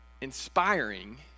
inspiring